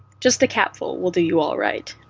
just a capful will do you alright.